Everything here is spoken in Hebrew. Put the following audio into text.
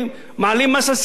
מעלים מס על סיגריות.